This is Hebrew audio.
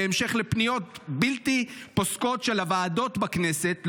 בהמשך לפניות בלתי פוסקות של הוועדות בכנסת,